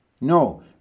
No